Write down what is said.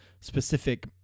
specific